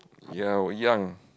ya we've young